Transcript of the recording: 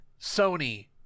Sony